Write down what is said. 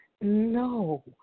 No